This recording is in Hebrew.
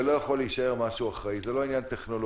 זה לא רק עניין טכנולוגי,